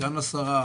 סגן השרה,